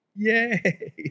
Yay